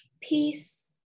peace